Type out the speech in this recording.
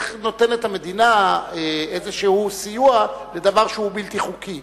איך נותנת המדינה סיוע כלשהו לדבר שהוא בלתי חוקי?